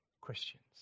Christians